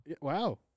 Wow